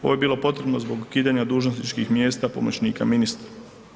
Ovo je bilo potrebno zbog ukidanja dužnosničkih mjesta pomoćnika ministra.